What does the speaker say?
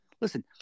listen